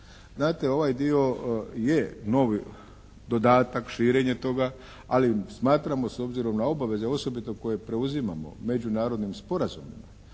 Znate ovaj dio je novi dodatak, širenje toga ali smatramo s obzirom na obaveze osobito koje preuzimamo međunarodnim sporazumima